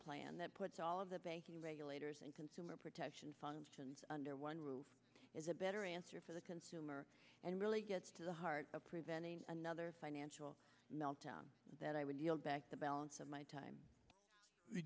plan that puts all of the banking regulators and consumer protection functions under one roof is a better answer for the consumer and really gets to the heart of preventing another financial meltdown that i would yield back the balance of my time th